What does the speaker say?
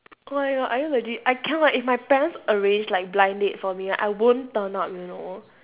oh my god are you legit I cannot if my parents arrange like blind date for me right I won't turn up you know